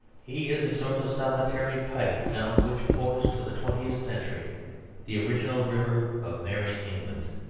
he is a sort of solitary pipe down which pours to the twentieth century the original river of merry england.